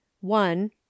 one